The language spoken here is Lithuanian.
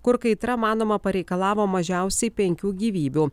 kur kaitra manoma pareikalavo mažiausiai penkių gyvybių